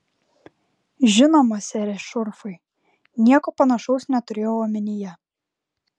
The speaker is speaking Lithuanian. žinoma sere šurfai nieko panašaus neturėjau omenyje